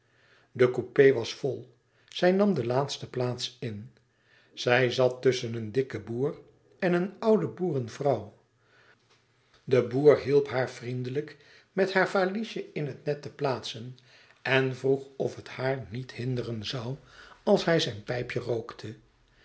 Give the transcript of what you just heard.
de coupé was vol zij nam de laatste plaats in zij zat tusschen een dikken boer en een oude boerevrouw de boer hielp haar vriendelijk met haar valiesje in het net te plaatsen en vroeg of het haar niet hinderen zoû als hij zijn pijpje rookte